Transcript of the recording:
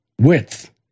width